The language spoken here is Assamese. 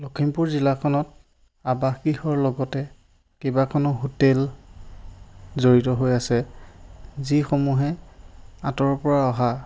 লখিমপুৰ জিলাখনত আৱাস গৃহৰ লগতে কেইবাখনো হোটেল জড়িত হৈ আছে যিসমূহে আতঁৰৰ পৰা অহা